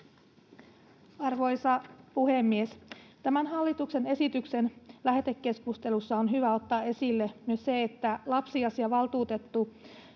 Arvoisa puhemies! Tämän hallituksen esityksen lähetekeskustelussa on hyvä ottaa esille myös se, että lapsiasiavaltuutettu